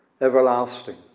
Everlasting